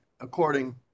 according